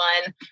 one